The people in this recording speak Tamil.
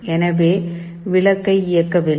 எனவே விளக்கை இயக்கவில்லை